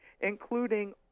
including